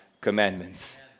commandments